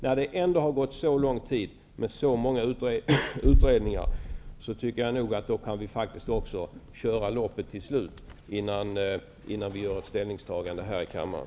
När det ändå har gått så lång tid med alla dessa utredningar, tycker jag att vi faktiskt kan köra loppet till slut, innan vi tar slutgiltig ställning här i riksdagen.